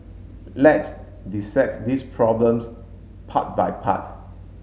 let's dissect this problems part by part